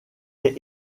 est